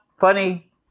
funny